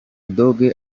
dogg